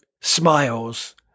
smiles